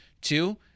Two